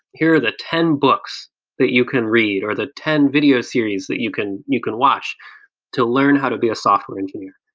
here are the ten books that you can read, or the ten video series that you can you can watch to learn how to be a software engineer.